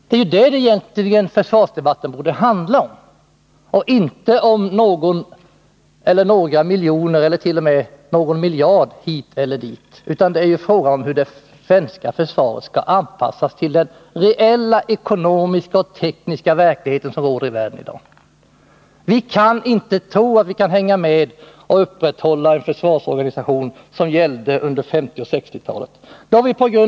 Det är ju detta försvarsdebatten borde handla om, inteom — mentets verksamnågon eller några miljoner eller t.o.m. någon miljard hit eller dit. Det — hetsområde viktiga är hur det svenska försvaret skall anpassas till den ekonomiska och tekniska verklighet som råder i världen i dag. Vi kaninte tro att vi skall kunna upprätthålla en försvarsorganisation motsvarande den som fanns under 1950 och 1960-talen.